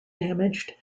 damaged